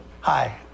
hi